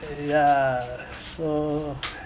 ya so